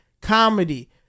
comedy